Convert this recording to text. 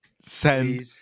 send